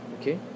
okay